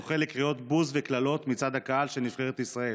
זוכה לקריאות בוז וקללות מצד הקהל של נבחרת ישראל,